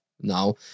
now